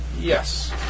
Yes